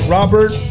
Robert